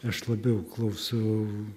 aš labiau klausau